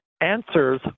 answers